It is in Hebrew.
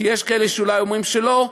כי יש כאלה שאומרים שאולי לא,